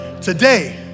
Today